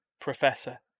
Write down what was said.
professor